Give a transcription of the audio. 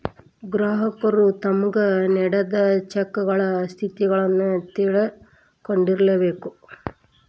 ಗ್ರಾಹಕರು ತಮ್ಗ್ ನೇಡಿದ್ ಚೆಕಗಳ ಸ್ಥಿತಿಯನ್ನು ತಿಳಕೊಂಡಿರ್ಬೇಕು